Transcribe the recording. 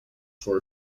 for